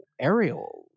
Ariel